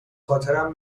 خاطرم